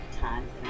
times